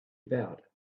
about